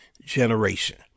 generation